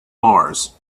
mars